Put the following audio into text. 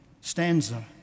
stanza